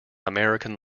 american